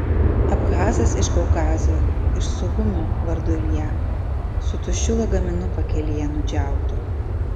abchazas iš kaukazo iš suchumio vardu ilja su tuščiu lagaminu pakelėje nudžiautu